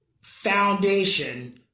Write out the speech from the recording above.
foundation